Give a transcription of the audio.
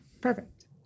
Perfect